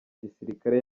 gisirikare